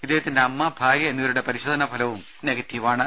ഇദ്ദേഹത്തിന്റെ അമ്മ ഭാര്യ എന്നിവരുടെ പരിശോധന ഫലവും നെഗറ്റീവ് ആണ്